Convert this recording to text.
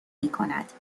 میکند